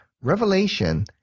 Revelation